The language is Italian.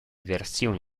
versioni